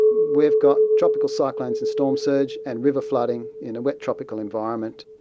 we've got tropical cyclones and storm surge and river flooding in a wet tropical environment.